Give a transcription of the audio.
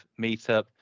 meetup